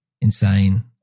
insane